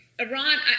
iran